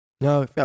No